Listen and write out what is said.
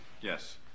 yes